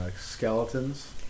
skeletons